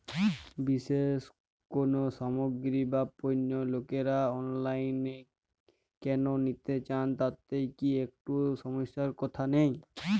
বিশেষ কোনো সামগ্রী বা পণ্য লোকেরা অনলাইনে কেন নিতে চান তাতে কি একটুও সমস্যার কথা নেই?